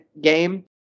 game